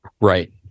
Right